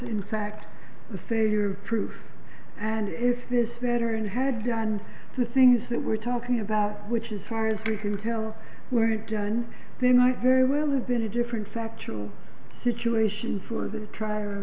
in fact the sayer proof and if this veteran had done the things that we're talking about which as far as we can tell were done they might very well have been a different factual situation for th